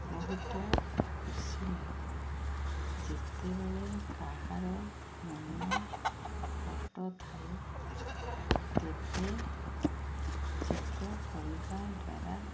ବହୁତ ଖୁସି ଲାଗେ ଯେତେବେଳେ କାହାର ମନ କଷ୍ଟ ଥାଏ ତେବେ ଚିତ୍ର କରିବା ଦ୍ୱାରା